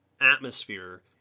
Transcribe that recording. atmosphere